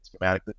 schematically